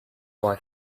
boy